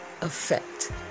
effect